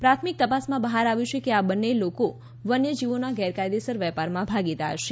પ્રાથમિક તપાસમાં બહાર આવ્યું છે કે બંન્ને લોકો વન્ય જીવોના ગેરકાયદેસર વેપારમાં ભાગીદાર છે